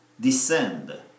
descend